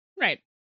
Right